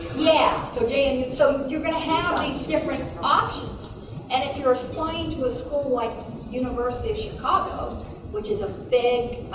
yeah so then and so you're going to have these different options and if you're applying to a school like university of chicago which is a big